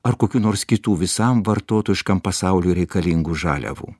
ar kokių nors kitų visam vartotojiškam pasauliui reikalingų žaliavų